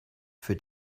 für